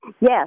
Yes